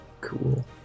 Cool